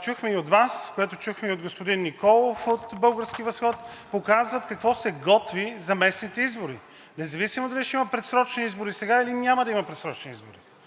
чухме и от Вас, което чухме от господин Николов от „Български възход“, показва какво се готви за местните избори независимо дали ще има предсрочни избори сега, или няма да има предсрочни избори.